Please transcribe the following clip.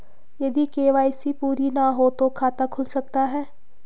यदि के.वाई.सी पूरी ना हो तो खाता खुल सकता है?